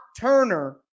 Turner